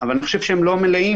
אבל אני חושב שהם לא מלאים.